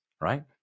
right